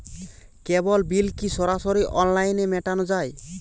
কেবল bill কি সরাসরি অনলাইনে মেটানো য়ায়?